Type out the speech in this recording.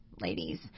ladies